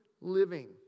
living